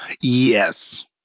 Yes